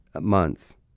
months